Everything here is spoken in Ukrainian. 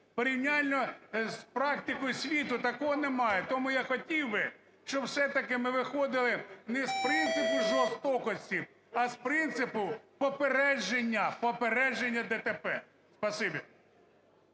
Порівняно з практикою світу такого немає, тому я хотів би, щоб все-таки ми виходили не з принципу жорстокості, а з принципу попередження,